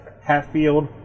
Hatfield